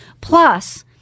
plus